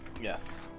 Yes